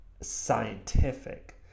scientific